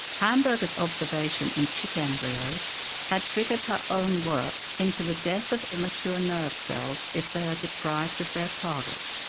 hamburger's observation in chick embryos had triggered her own work into the death of immature nerve cells if they are deprived of their target,